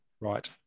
right